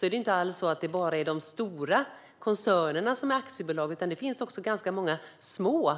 Det är inte alls bara de stora koncernerna som är aktiebolag, utan det finns också ganska många små